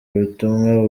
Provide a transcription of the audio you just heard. ubutumwa